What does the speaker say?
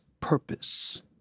purpose